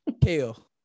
Kale